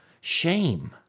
shame